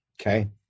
Okay